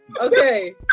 okay